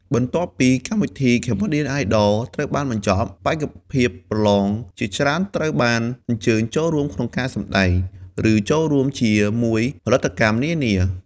បន្ទាប់ពីកម្មវិធី "Cambodia Idol" ត្រូវបានបញ្ចប់ បេក្ខភាពប្រឡងជាច្រើនត្រូវបានអញ្ជើញចូលរួមក្នុងការសម្តែង ឬចូលរួមជាមួយផលិតកម្មនានា។